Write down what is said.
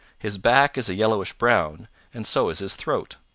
his back is a yellowish-brown and so is his throat.